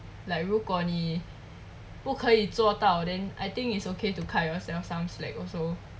like 如果你不可以做到 then I think it's okay to cut yourself some slack also